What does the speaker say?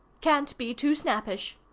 can't be too snappish.